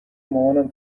مامانم